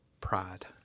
pride